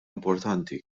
importanti